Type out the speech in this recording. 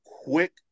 quick